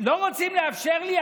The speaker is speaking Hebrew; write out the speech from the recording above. לא רוצים לאפשר לי?